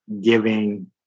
giving